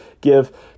give